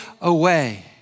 away